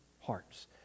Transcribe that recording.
hearts